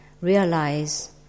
realize